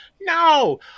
no